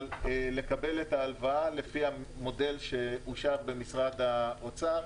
אבל קבל את ההלוואה לפי המודל שאושר במשרד האוצר,